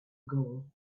goal